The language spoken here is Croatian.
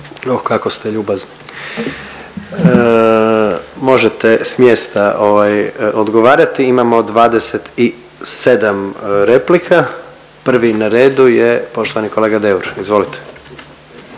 O kako ste ljubazni. Možete s mjesta ovaj odgovarati. Imamo 27 replika. Prvi na redu je poštovani kolega Deur, izvolite.